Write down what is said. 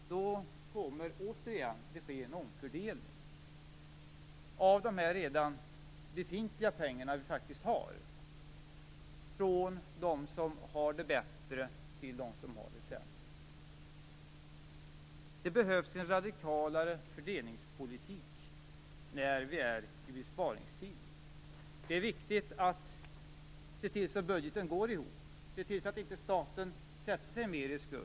Då kommer det återigen att ske en omfördelning av de redan befintliga pengarna från dem som har det bättre till dem som har det sämre. Det behövs en radikalare fördelningspolitik när vi är i besparingstider. Det är viktigt att se till att budgeten går ihop och att staten inte sätter sig mer i skuld.